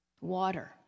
water